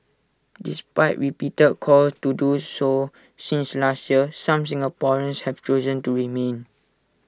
despite repeated calls to do so since last year some Singaporeans have chosen to remain